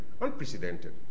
unprecedented